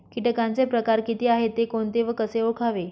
किटकांचे प्रकार किती आहेत, ते कोणते व कसे ओळखावे?